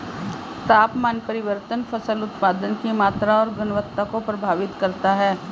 तापमान परिवर्तन फसल उत्पादन की मात्रा और गुणवत्ता को प्रभावित करता है